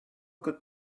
good